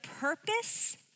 purpose